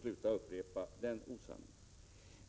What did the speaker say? Sluta upprepa den osanningen!